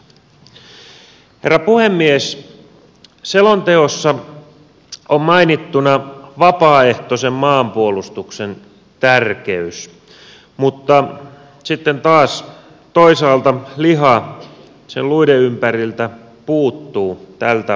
selonteossa on mainittuna vapaaehtoisen maanpuolustuksen tärkeys mutta sitten taas toisaalta liha sen luiden ympäriltä puuttuu tältä osin